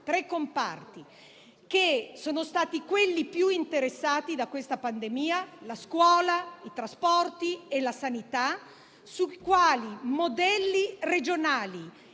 tre comparti che sono stati i più interessati dalla pandemia (la scuola, i trasporti e la sanità) e su quali modelli regionali,